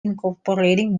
incorporating